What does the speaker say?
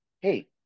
hey